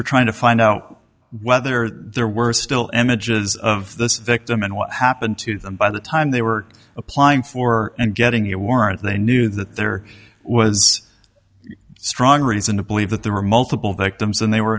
were trying to find out whether there were still edges of the victim and what happened to them by the time they were applying for and getting a warrant they knew that there was strong reason to believe that there were multiple victims and they were